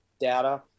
data